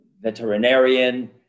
veterinarian